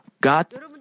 God